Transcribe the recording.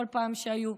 כל פעם שהיו.